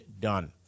done